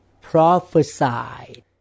prophesied